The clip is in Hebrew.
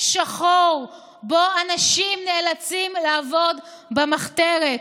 שחור שבו אנשים נאלצים לעבוד במחתרת,